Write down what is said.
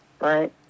Right